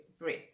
breathe